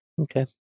Okay